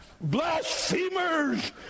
blasphemers